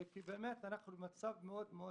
כי אנחנו במצב זועק.